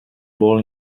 ball